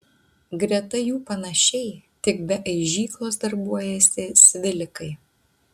greta jų panašiai tik be aižyklos darbuojasi svilikai